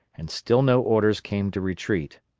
and still no orders came to retreat.